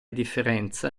differenza